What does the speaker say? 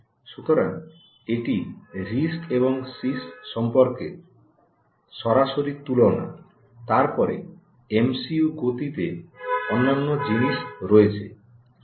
সুতরাং এটি আরআইএসসি এবং সিআইএসসি সম্পর্কে সরাসরি তুলনা তারপরে এমসিইউ গতিতে অন্যান্য জিনিস রয়েছে